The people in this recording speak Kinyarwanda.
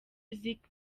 music